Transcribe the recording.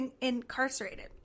incarcerated